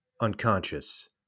unconscious